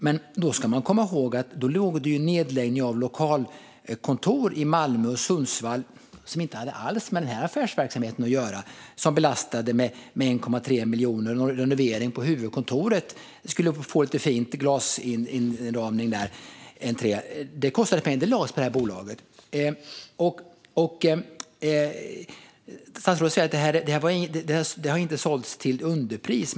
Men då ska man komma ihåg att i detta ingår nedläggning av lokalkontor i Malmö och Sundsvall som inte alls hade med den här affärsverksamheten att göra. Det belastade resultatet med 1,3 miljoner, och också en renovering av huvudkontoret för att få en fin glasinramning i entrén lades på det här bolaget. Statsrådet säger att det inte har sålts till underpris.